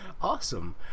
Awesome